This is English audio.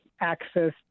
access